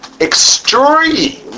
extreme